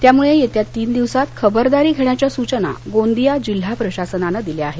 त्यामुळे येत्या तीन दिवसात ख़बरदारी घेण्याच्या सूचना गोंदिया जिल्हा प्रशासनानं दिल्या आहेत